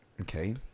Okay